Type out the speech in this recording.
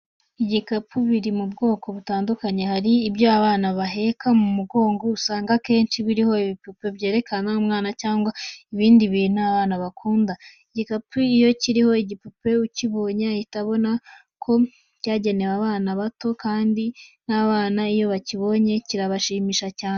Ibikapu biri mu bwoko butandukanye, hari ibyo abana baheka mu mugongo, usanga akenshi biriho ibipupe byerekana umwana cyangwa ibindi bintu abana bakunda. Igikapu iyo kiriho igipupe, ukibonye ahita abona ko cyagenewe abana bato kandi n'abana iyo bakibonye kirabashimisha cyane.